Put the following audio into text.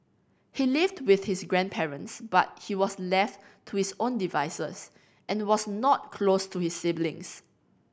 he lived with his grandparents but he was left to his own devices and was not close to his siblings